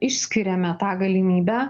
išskiriame tą galimybę